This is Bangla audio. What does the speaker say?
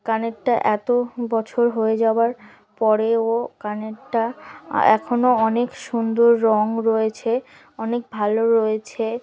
কানেরটা এত বছর হয়ে যাবার পরেও কানেরটা এখনও অনেক সুন্দর রঙ রয়েছে অনেক ভালো রয়েছে